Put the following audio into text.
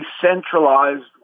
centralized